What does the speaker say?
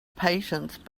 patience